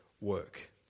work